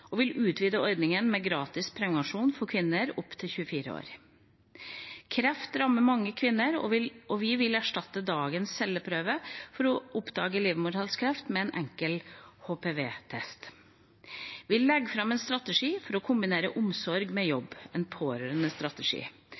og vil utvide ordningen med gratis prevensjon for kvinner opp til 24 år. Kreft rammer mange kvinner, og vi vil erstatte dagens celleprøve for å oppdage livmorhalskreft med en enkel HPV-test. Vi legger fram en strategi for å kombinere omsorg med jobb, en